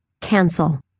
Cancel